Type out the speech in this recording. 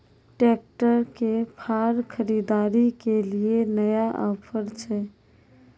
Tractor के फार खरीदारी के लिए नया ऑफर छ?